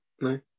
No